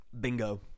Bingo